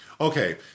Okay